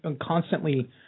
constantly